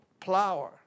plower